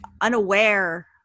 unaware